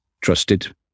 trusted